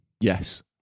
Yes